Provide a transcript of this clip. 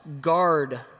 guard